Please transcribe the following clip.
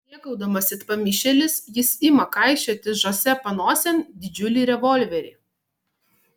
rėkaudamas it pamišėlis jis ima kaišioti žoze panosėn didžiulį revolverį